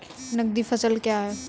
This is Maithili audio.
नगदी फसल क्या हैं?